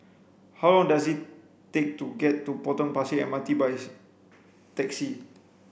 how long does it take to get to Potong Pasir M R T by taxi